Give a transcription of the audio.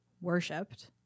worshipped